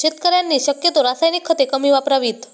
शेतकऱ्यांनी शक्यतो रासायनिक खते कमी वापरावीत